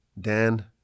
Dan